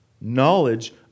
Knowledge